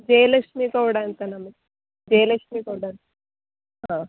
ಜಯಲಕ್ಷ್ಮಿ ತೋಡಾ ಅಂತ ನಮ್ಮ ಹೆಸ್ರ್ ಜಯಲಕ್ಷ್ಮಿ ತೋಡಾರ್ ಹಾಂ